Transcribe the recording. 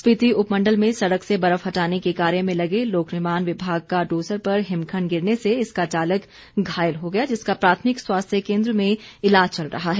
स्पिति उपमण्डल में सड़क से बर्फ हटाने के कार्य में लगे लोकनिर्माण विभाग का डोजर पर हिमखण्ड गिरने से इसका चालक घायल हो गया जिसका प्राथमिक स्वास्थ्य कोन्द्र में ईलाज चल रहा है